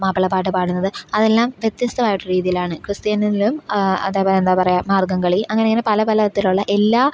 മാപ്പിളപ്പാട്ട് പാടുന്നത് അതെല്ലാം വ്യത്യസ്തമായിട്ടുള്ള രീതിയിലാണ് ക്രിസ്ത്യനിലും അതേപോലെ എന്താ പറയുക മാർഗംകളി അങ്ങനെയങ്ങനെ പല പല വിധത്തിലുള്ള എല്ലാ